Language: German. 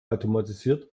automatisiert